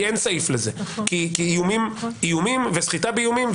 כי אין סעיף לזה כי איומים וסחיטה באיומים,